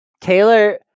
Taylor